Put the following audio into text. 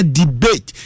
debate